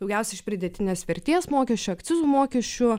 daugiausiai iš pridėtinės vertės mokesčio akcizų mokesčių